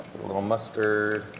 little mustard,